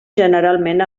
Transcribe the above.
generalment